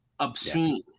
obscene